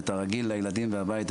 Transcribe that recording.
ואתה רגיל לילדים ולבית.